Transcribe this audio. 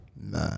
Nah